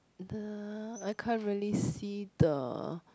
the I can't really see the